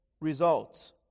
results